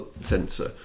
sensor